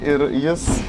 ir jis